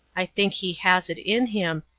i think he has it in him,